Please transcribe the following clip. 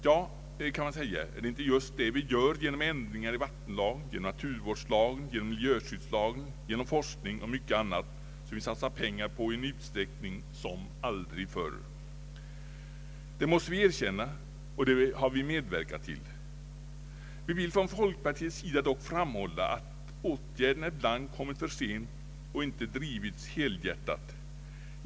Ja, kan man säga, är det inte just det vi gör genom ändringar i vattenlagen, genom naturvårdslagen, genom miljöskyddslagen, genom forskning och mycket annat som vi satsar pengar på i en utsträckning som aldrig förr? Det måste vi erkänna, och det har vi medverkat till. Vi vill från folkpartiets sida dock framhålla att åtgärderna ibland kommit för sent och inte drivits helhjärtat.